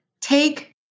take